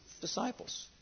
disciples